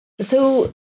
So-